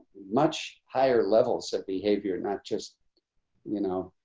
much higher levels of behavior not just you know,